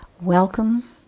welcome